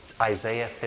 Isaiah